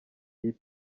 iyi